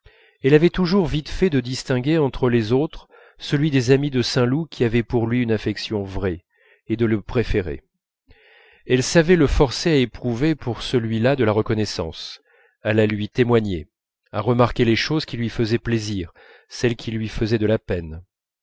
elle avait toujours vite fait de distinguer entre les autres celui des amis de saint loup qui avait pour lui une affection vraie et de le préférer elle savait le forcer à éprouver pour celui-là de la reconnaissance à la lui témoigner à remarquer les choses qui lui faisaient plaisir celles qui lui faisaient de la peine